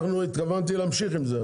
התכוונתי להמשיך עם זה,